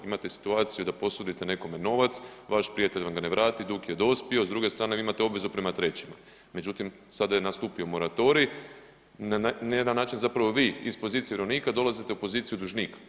Imate situaciju da posudite nekome novac, vaš prijatelj vam ga ne vrati, dug je dospio, s druge strane vi imate obvezu prema trećima međutim sada je nastupio moratorij, na jedan način zapravo vi iz pozicije vjerovnika dolazite u poziciju dužnika.